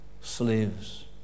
Slaves